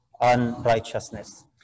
unrighteousness